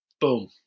boom